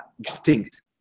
extinct